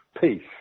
peace